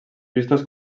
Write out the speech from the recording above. vistos